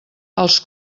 els